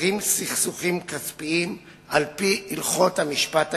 הפותרים סכסוכים כספיים על-פי הלכות המשפט העברי.